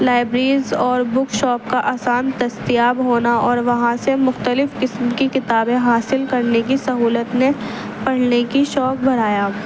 libraries اور book shop کا آسان دستیاب ہونا اور وہاں سے مختلف قسم کی کتابیں حاصل کرنے کی سہولت نے پڑھنے کی شوق بڑھایا